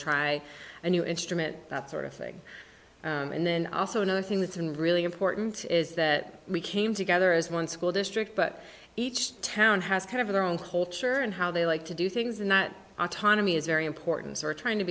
try a new instrument that sort of thing and then also another thing that's been really important is that we came together as one school district but each town has kind of their own culture and how they like to do things and that autonomy is very important or trying to